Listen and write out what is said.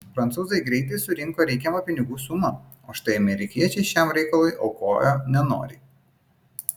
prancūzai greitai surinko reikiamą pinigų sumą o štai amerikiečiai šiam reikalui aukojo nenoriai